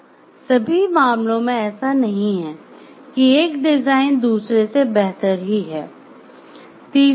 पर सभी मामलों में ऐसा नहीं है कि एक डिजाइन दूसरे से बेहतर ही है